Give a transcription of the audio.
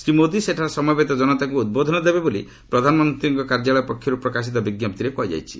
ଶ୍ରୀ ମୋଦି ସେଠାରେ ସମବେତ ଜନତାଙ୍କୁ ଉଦ୍ବୋଧନ ଦେବେ ବୋଲି ପ୍ରଧାନମନ୍ତ୍ରୀଙ୍କ କାର୍ଯ୍ୟାଳୟରୁ ପ୍ରକାଶିତ ବିଜ୍ଞପ୍ତିରେ କୁହାଯାଇଛି